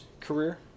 career